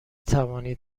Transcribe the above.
توانید